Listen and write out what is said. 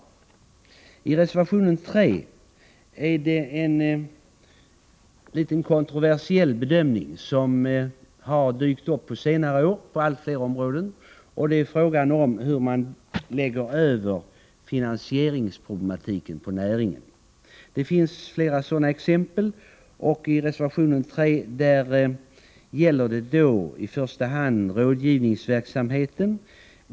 I reservation 3 behandlas en något kontroversiell fråga, som har dyktupp Nr 108 på senare år inom allt fler områden, nämligen frågan om hur man skall lägga Onsdagen den över finansieringsproblematiken på näringen. Det finns flera sådana exem 27 mars 1985 pel, och reservation 3 gäller i första hand rådgivningsverksamhet.